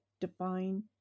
define